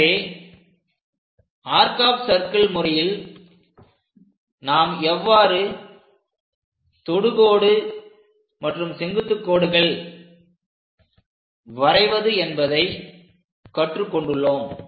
எனவே arc of circle முறையில் நாம் எவ்வாறு தொடுகோடு மற்றும் செங்குத்துக் கோடுகள் வரைவது என்பதை கற்றுக் கொண்டுள்ளோம்